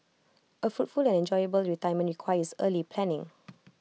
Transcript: A fruitful and enjoyable retirement requires early planning